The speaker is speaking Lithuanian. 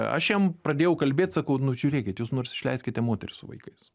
aš jam pradėjau kalbėt sakau nu žiūrėkit jūs nors išleiskite moteris su vaikais